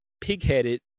pigheaded